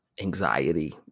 anxiety